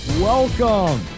Welcome